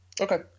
Okay